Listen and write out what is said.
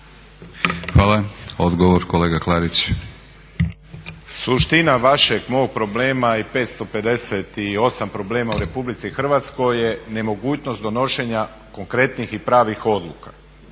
**Klarić, Tomislav (HDZ)** Suština vašeg, mog problema i 558 problema u Republici Hrvatskoj je nemogućnost donošenja konkretnih i pravih odluka